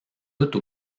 doute